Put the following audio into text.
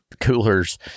coolers